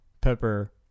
pepper